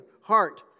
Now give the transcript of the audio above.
heart